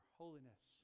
holiness